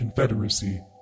Confederacy